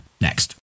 next